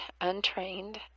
untrained